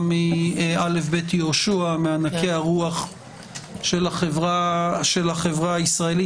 מא"ב יהושע מענקי הרוח של החברה הישראלית,